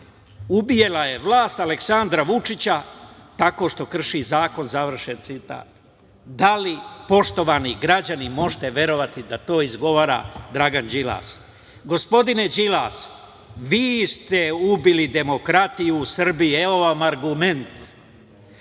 ubila je vlast Aleksandra Vučića tako što krši zakon". Da li, poštovani građani, možete verovati da to izgovara Dragan Đilas? Gospodine Đilas, vi ste ubili demokratiju u Srbiji. Evo vam argument,